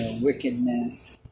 wickedness